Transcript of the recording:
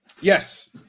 yes